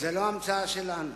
זו לא המצאה שלנו,